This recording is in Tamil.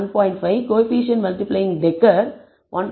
5 கோஎஃபீஷியேன்ட் மல்டிபிளையிங் டெகர் 1